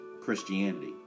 Christianity